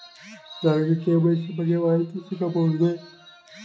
ನನಗೆ ಕೆ.ವೈ.ಸಿ ಬಗ್ಗೆ ಮಾಹಿತಿ ಸಿಗಬಹುದೇ?